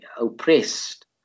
oppressed